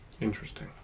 interesting